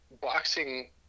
boxing